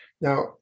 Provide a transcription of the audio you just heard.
now